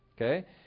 okay